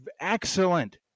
excellent